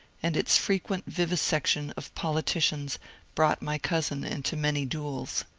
and its frequent vivisection of politicians brought my cousin into many duels.